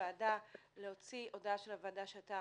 הוועדה להוציא הודעה של הוועדה שאתה